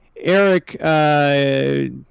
Eric